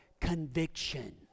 conviction